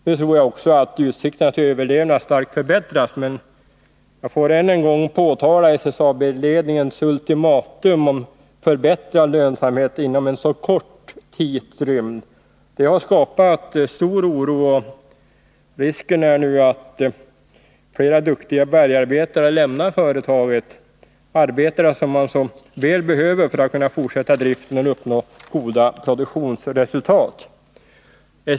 Nu tror jag att utsikterna att överleva starkt förbättrats, men jag vill än en gång påtala SSAB-ledningens ultimatum med krav på en förbättring av lönsamheten inom en så kort tidsrymd. Detta har skapat stor oro, och risken är nu att flera duktiga bergsarbetare lämnar företaget, arbetare som väl behövs för att det skall vara möjligt att fortsätta driften och uppnå goda produktionsresultat.